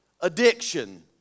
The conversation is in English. addiction